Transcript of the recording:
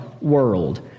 world